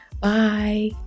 Bye